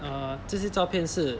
err 这些照片是